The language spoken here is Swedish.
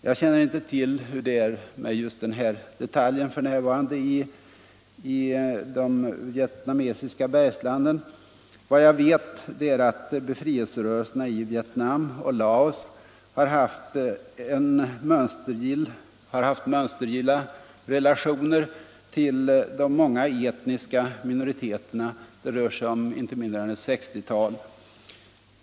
Jag känner inte till hur det är med just den här detaljen f. n. i det vietnamesiska bergslandet. Vad jag vet är att befrielserörelserna i Vietnam och Laos har haft mönstergilla relationer till de många etniska minoriteterna. Det rör sig om inte mindre än ett 60-tal.